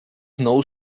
snow